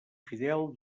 fidel